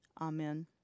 amen